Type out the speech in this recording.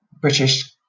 British